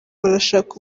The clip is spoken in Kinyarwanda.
barashaka